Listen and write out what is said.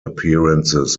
appearances